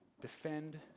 Defend